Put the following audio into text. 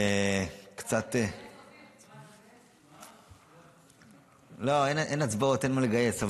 אופיר מגייס --- לא, אין הצבעות, אין מה לגייס.